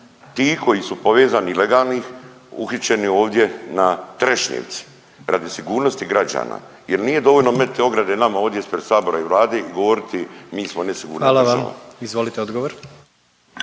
ti koji su povezani legalnih uhićeni ovdje na Trešnjevci, radi sigurnosti građana jer nije dovoljno metniti ograde nama ovdje ispred sabora i Vlade i govoriti mi smo nesigurna država? **Jandroković,